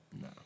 No